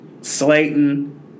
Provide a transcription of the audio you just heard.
Slayton